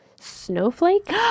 snowflake